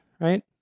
right